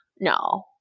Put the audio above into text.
no